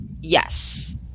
yes